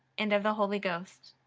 and of the holy ghost.